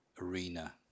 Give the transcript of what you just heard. arena